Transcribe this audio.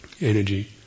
energy